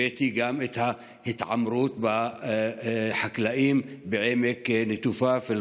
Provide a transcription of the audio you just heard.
הבאתי גם את ההתעמרות בחקלאים בעמק נטופה,